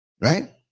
right